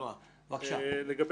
לגבי